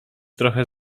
trochę